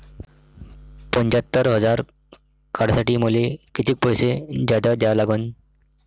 पंच्यात्तर हजार काढासाठी मले कितीक पैसे जादा द्या लागन?